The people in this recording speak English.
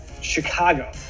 Chicago